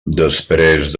després